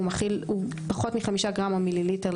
הוא מכיל פחות מחמישה גרם או מיליליטר,